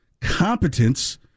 competence